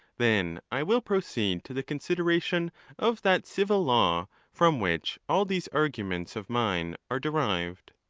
then i will proceed to the con sideration of that civil law from which all these arguments of mine are derived.